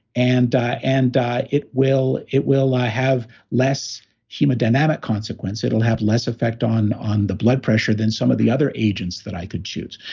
and and it will it will have less hemodynamic consequence, it will have less effect on on the blood pressure than some of the other agents that i could choose.